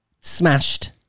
smashed